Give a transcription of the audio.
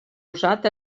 usat